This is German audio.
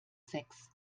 sechs